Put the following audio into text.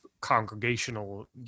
congregational